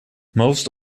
most